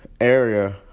area